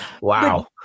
Wow